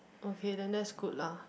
okay then that's good lah